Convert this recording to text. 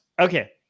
okay